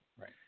Right